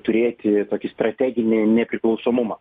turėti tokį strateginį nepriklausomumą